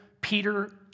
Peter